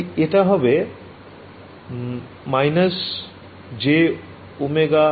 তাই এটা হবে − jωμH